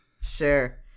Sure